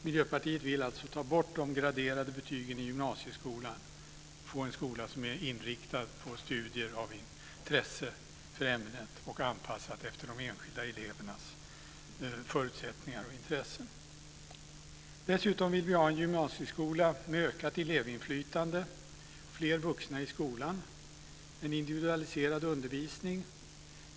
Miljöpartiet vill alltså ta bort de graderade betygen i gymnasieskolan och få en skola som är inriktad på studier av intresse för ämnet och anpassad efter de enskilda elevernas förutsättningar och intresse. Dessutom vill vi ha en gymnasieskola med ökat elevinflytande, fler vuxna i skolan och en individualiserad undervisning.